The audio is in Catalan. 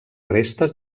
restes